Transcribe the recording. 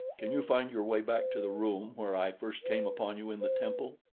can you find your way back to the room where i first came upon you in the temple?